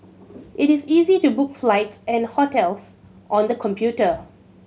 it is easy to book flights and hotels on the computer